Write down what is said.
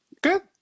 Good